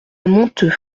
monteux